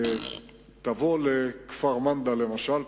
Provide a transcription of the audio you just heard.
תבוא לכפר-מנדא למשל,